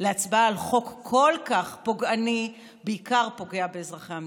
להצבעה על חוק כל כך פוגעני בעיקר פוגע באזרחי המדינה.